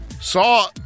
saw